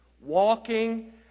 walking